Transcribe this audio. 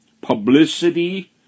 Publicity